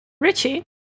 Richie